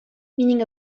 meaning